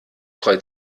frei